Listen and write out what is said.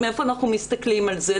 מאיפה אנחנו מסתכלים על זה.